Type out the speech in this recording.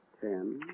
ten